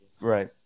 Right